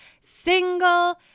single